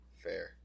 Fair